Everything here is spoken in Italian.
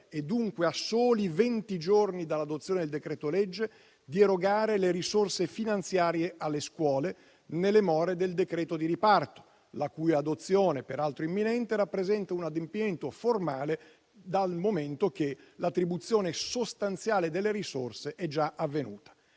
dunque a soli venti giorni dall'adozione del decreto-legge, di erogare le risorse finanziarie alle scuole nelle more del decreto di riparto, la cui adozione, peraltro imminente, rappresenta un adempimento formale dal momento che l'attribuzione sostanziale delle risorse è già avvenuta.